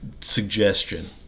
suggestion